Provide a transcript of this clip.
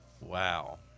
Wow